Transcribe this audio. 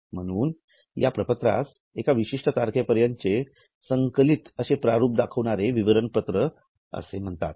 म्हणूनच या प्रपत्रास एका विशिष्ठ तारखेपर्यंचे संकलित प्रारूप दाखविणारे विवरणपत्र असे म्हणतात